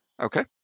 Okay